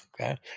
okay